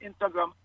Instagram